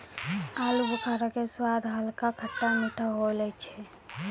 आलूबुखारा के स्वाद हल्का खट्टा मीठा होय छै